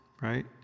right